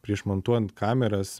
prieš montuojant kameras